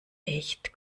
echt